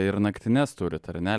ir naktines turit ar ne